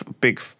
big